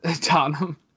Tottenham